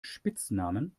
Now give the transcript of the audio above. spitznamen